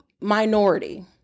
minority